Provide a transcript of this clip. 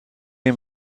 این